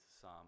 psalm